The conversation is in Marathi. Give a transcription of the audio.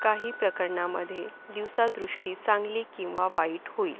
काही प्रकरणामध्ये दिवसा दृष्टी चांगली किंवा वाईट होईल